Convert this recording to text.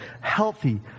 healthy